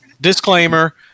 disclaimer